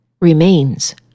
remains